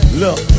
look